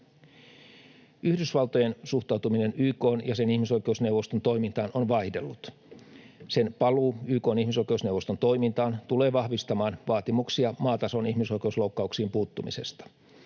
Yhdysvaltojen suhtautuminen YK:n ja sen ihmisoikeusneuvoston toimintaan on vaihdellut. Sen paluu YK:n ihmisoikeusneuvoston toimintaan tulee vahvistamaan vaatimuksia maatason ihmisoikeusloukkauksiin puuttumisesta.